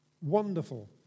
Wonderful